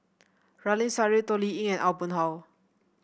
Ramli Sarip Toh Liying Aw Boon Haw